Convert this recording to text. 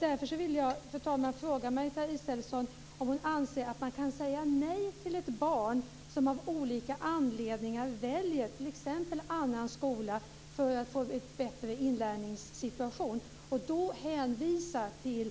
Därför vill jag fråga Margareta Israelsson om hon anser att man kan säga nej till ett barn som av olika anledningar t.ex. väljer en annan skola för att få en bättre inlärningssituation och hänvisa till